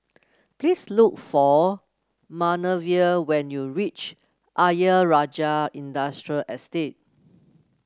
please look for Manervia when you reach Ayer Rajah Industrial Estate